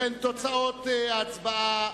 תוצאות ההצבעה: